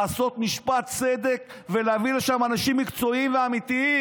לעשות משפט צדק ולהביא לשם אנשים מקצועיים ואמיתיים.